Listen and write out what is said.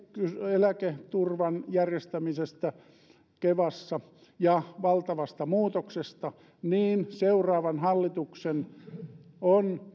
eläketurvan järjestämisestä kevassa ja valtavasta muutoksesta niin seuraavan hallituksen on